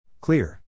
Clear